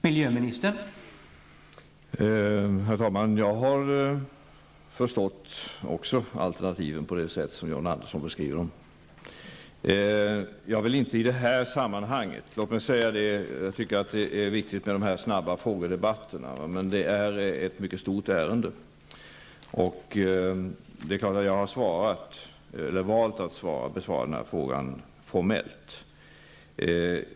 Herr talman! Jag har också förstått alternativen på det sätt som John Andersson beskriver dem. Jag tycker det är viktigt med dessa snabba frågedebatter, men detta är ett mycket stort ärende. Jag har valt att besvara frågan formellt.